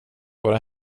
vare